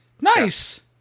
Nice